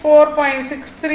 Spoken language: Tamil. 632 11